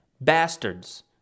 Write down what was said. bastards